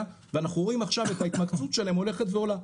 ואנחנו רואים את ההתמקצעות שלהם הולכת ועולה,